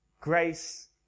grace